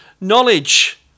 Knowledge